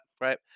right